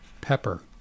Pepper